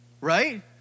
right